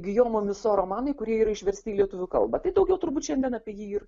gijomo miso romanai kurie yra išversti į lietuvių kalbą tai daugiau turbūt šiandien apie jį ir